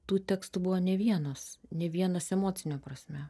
tų tekstų buvo ne vienas ne vienas emocine prasme